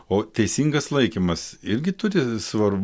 o teisingas laikymas irgi turi svar